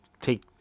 take